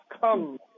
come